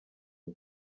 ubu